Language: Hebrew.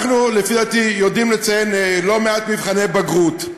לפי דעתי, אנחנו יודעים לציין לא מעט מבחני בגרות.